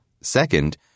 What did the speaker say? Second